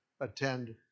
attend